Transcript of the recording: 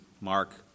Mark